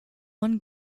one